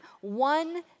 One